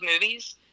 movies